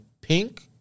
Pink